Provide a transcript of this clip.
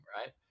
right